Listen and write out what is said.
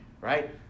right